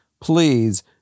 please